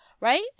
Right